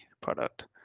product